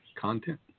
content